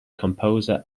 composer